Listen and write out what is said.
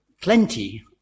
plenty